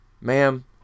ma'am